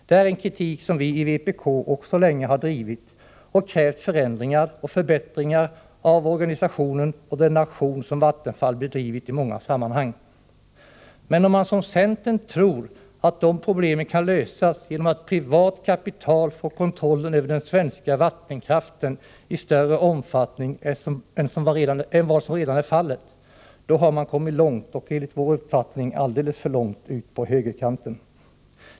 Det är en kritik som vi i vpk också länge har drivit. Vi har krävt förändringar och förbättringar av organisationen och av Vattenfalls aktivitet i många sammanhang. Men om man som centern tror att problemen kan lösas genom att privat kapital får kontrollen över den svenska vattenkraften i större omfattning än vad som redan är fallet, har man kommit långt — och enligt vår uppfattning alldeles för långt — ut på högerkanten.